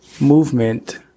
movement